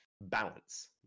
balance